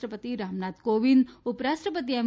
રાષ્ટ્રપતિ રામનાથ કોવિંદ ઉપરાષ્ટ્રપતિ એમ